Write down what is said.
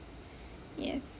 yes